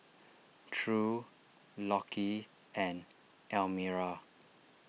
true Lockie and Elmira